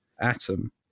atom